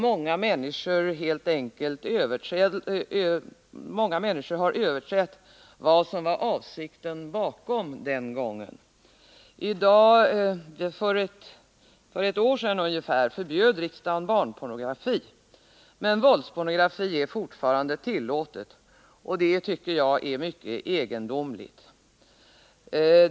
Många människor har nämligen överträtt det som var avsikten bakom beslutet den gången. För ungefär ett år sedan förbjöd riksdagen barnpornografi. Men våldspornografi är fortfarande tillåten, och det tycker jag är mycket egendomligt.